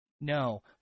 No